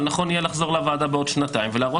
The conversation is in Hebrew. אבל נכון יהיה לחזור לוועדה בעוד שנתיים ולהראות את התוצאות.